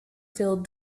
filled